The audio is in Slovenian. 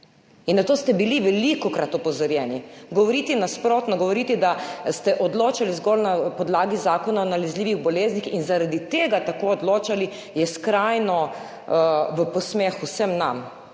In na to ste bili velikokrat opozorjeni, govoriti nasprotno, govoriti, da ste odločali zgolj na podlagi Zakona o nalezljivih boleznih in zaradi tega tako odločali, je skrajno, v posmeh vsem nam,